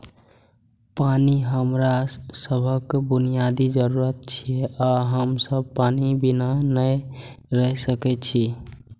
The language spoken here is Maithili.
पानि हमरा सभक बुनियादी जरूरत छियै आ हम सब पानि बिना नहि रहि सकै छी